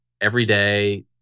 everyday